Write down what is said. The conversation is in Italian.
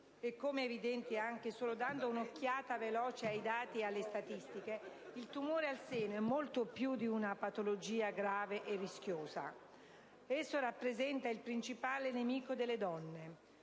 e come è evidente anche solo dando un'occhiata veloce ai dati e alle statistiche, il tumore al seno è molto più di una patologia grave e rischiosa. Esso rappresenta il principale nemico delle donne,